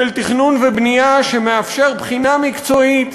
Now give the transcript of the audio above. של תכנון ובנייה, שמאפשר בחינה מקצועית,